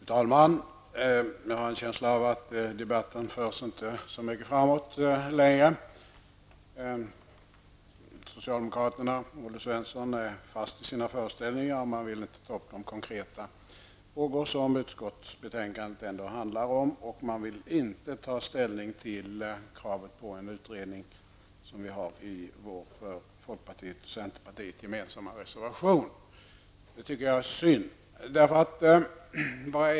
Fru talman! Jag har en känsla av att debatten inte längre förs framåt. Socialdemokraterna och Olle Svensson är fastlåsta i sina föreställningar och vill inte diskutera de konkreta frågor som utskottsbetänkandet handlar om. Inte heller vill man ta ställning till det krav på en utredning som folkpartiet och centern för fram i en gemensam reservation. Det tycker jag är synd.